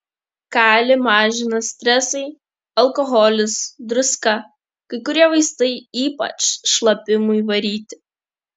kalį mažina stresai alkoholis druska kai kurie vaistai ypač šlapimui varyti